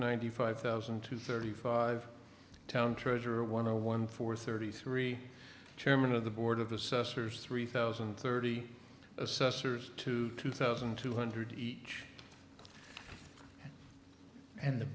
ninety five thousand to thirty five town treasurer one a one for thirty three chairman of the board of assessors three thousand and thirty assessors to two thousand two hundred each and the